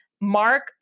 Mark